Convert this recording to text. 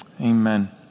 Amen